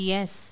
Yes